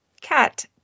cat